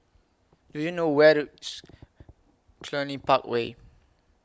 Do YOU know Where IS Cluny Park Way